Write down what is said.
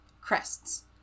Crests